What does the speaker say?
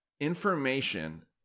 information